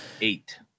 eight